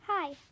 Hi